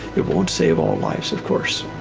it won't save all lives of course.